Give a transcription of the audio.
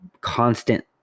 constant